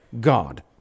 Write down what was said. God